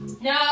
No